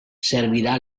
servirà